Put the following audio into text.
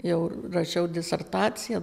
jau rašiau disertaciją